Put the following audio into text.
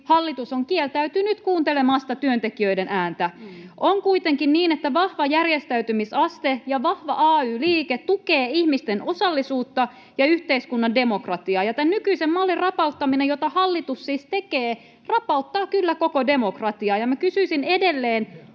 hallitus on kieltäytynyt kuuntelemasta työntekijöiden ääntä. On kuitenkin niin, että vahva järjestäytymisaste ja vahva ay-liike tukevat ihmisten osallisuutta ja yhteiskunnan demokratiaa, ja tämän nykyisen mallin rapauttaminen, jota hallitus siis tekee, rapauttaa kyllä koko demokratiaa. Kysyisin edelleen